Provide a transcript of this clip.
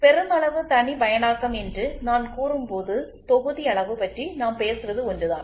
எனவே பெருமளவு தனிப்பயனாக்கம் என்று நான் கூறும்போது தொகுதி அளவு பற்றி நாம் பேசுவது ஒன்றுதான்